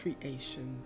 Creation